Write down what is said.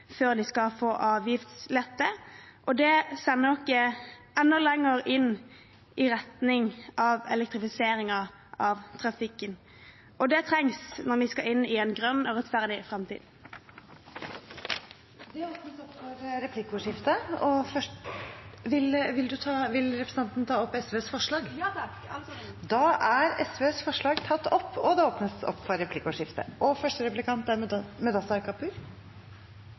før de skal få avgiftslette. Det sender oss enda lenger i retning av elektrifisering av trafikken, og det trengs når vi skal inn i en grønn og rettferdig framtid. Vil representanten ta opp SVs forslag? Ja, det vil jeg. Da har representanten Solveig Skaugvoll Foss tatt opp de forslagene hun viste til. Det blir replikkordskifte. Om vi skal fortsette å være verdens beste land å bo i, er